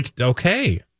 okay